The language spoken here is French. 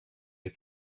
les